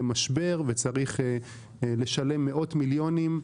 למשבר וצריך לשלם מאות מיליוני שקלים,